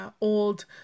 old